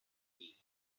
dir